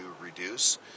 reduce